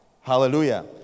Hallelujah